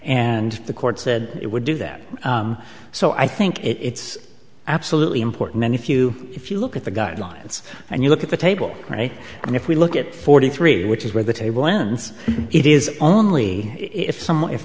and the court said it would do that so i think it's absolutely important and if you if you look at the guidelines and you look at the table right and if we look at forty three which is where the table ends it is only if some